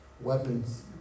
Weapons